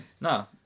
No